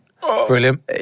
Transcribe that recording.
Brilliant